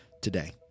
today